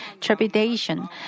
trepidation